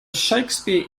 shakespeare